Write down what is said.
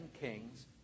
Kings